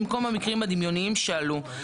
במקום למקרים הדמיוניים שעלו.